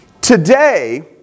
Today